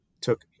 took